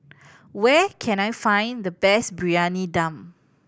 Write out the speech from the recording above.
where can I find the best Briyani Dum